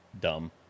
dumb